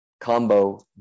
combo